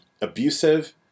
abusive